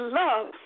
love